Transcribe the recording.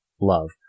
love